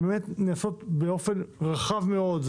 ובאמת הן נעשות באופן רחב מאוד.